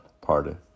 party